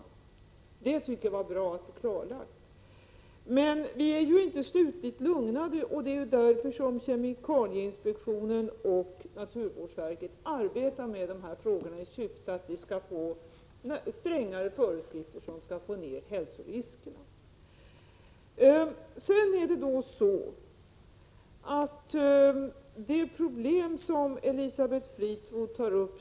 Jag tycker således att det är bra att få den saken klarlagd. Men vi är inte slutligt lugnade, och det är därför som kemikalieinspektionen och naturvårdsverket arbetar med dessa frågor. Syftet är att åstadkomma strängare föreskrifter för att minska hälsoriskerna. Så till ett annat problem som Elisabeth Fleetwood tar upp.